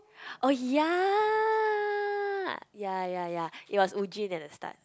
oh ya ya ya ya it was Woo-Jin at the start